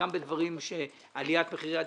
גם בעליית מחירי הדירות,